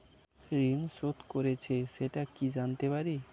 ঋণ শোধ করেছে সেটা কি জানতে পারি?